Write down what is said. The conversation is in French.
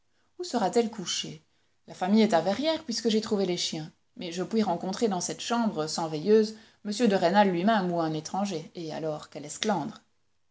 où sera-t-elle couchée la famille est à verrières puisque j'ai trouvé les chiens mais je puis rencontrer dans cette chambre sans veilleuse m de rênal lui-même ou un étranger et alors quel